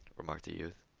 remarked the youth,